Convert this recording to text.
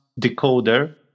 decoder